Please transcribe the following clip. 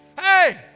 hey